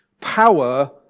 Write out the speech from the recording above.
power